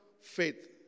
faith